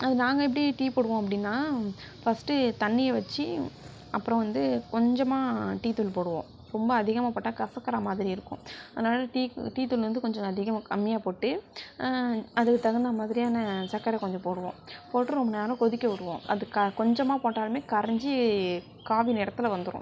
அது நாங்கள் எப்படி டீ போடுவோம் அப்படினா ஃபர்ஸ்ட் தண்ணியை வச்சு அப்றம் வந்து கொஞ்சமாக டீ தூள் போடுவோம் ரொம்ப அதிகமாக போட்டால் கசக்குற மாதிரி இருக்கும் அதனால டீ டீ தூள் வந்து கொஞ்சம் அதிகமாக கம்மியாக போட்டு அதுக்கு தகுந்த மாதிரியான சக்கரை கொஞ்சம் போடுவோம் போட்டு ரொம்ப நேரம் கொதிக்க விடுவோம் அது கொஞ்சமாக போட்டாலுமே கரைஞ்சி காவி நிறத்துல வந்துடும்